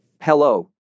Hello